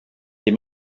des